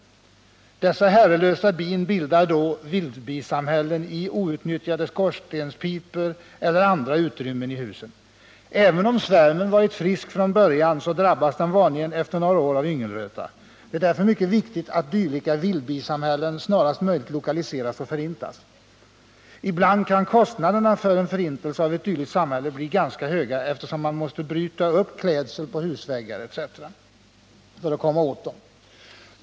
Dessa herrelösa bin bildar då vildbisamhällen i outnyttjade skorstenspipor eller andra utrymmen i husen. Även om svärmen varit frisk från början drabbas den vanligen efter några år av yngelröta. Det är därför mycket viktigt att dylika vildbisamhällen snarast möjligt lokaliseras och förintas. Ibland kan kostnaderna för en förintelse av ett dylikt samhälle bli ganska höga eftersom man kan tvingas bryta upp klädsel på husväggar o. d. för att komma åt bina.